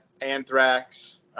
anthrax